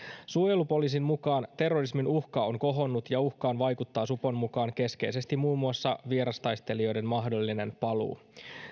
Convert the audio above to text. suojelupoliisin mukaan terrorismin uhka suomessa on kohonnut ja uhkaan vaikuttaa supon mukaan keskeisesti muun muassa vierastaistelijoiden mahdollinen paluu